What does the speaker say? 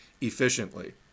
efficiently